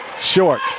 Short